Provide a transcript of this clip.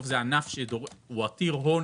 זה ענף שהוא עתיר הון